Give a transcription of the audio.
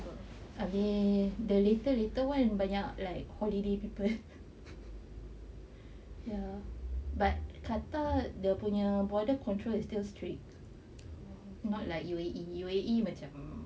abeh the later later [one] banyak like holiday people ya but qatar dia punya border control is still strict not like U_A_E U_A_E macam